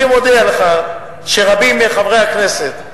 אני מודיע לך שרבים מחברי הכנסת,